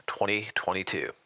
2022